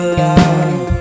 love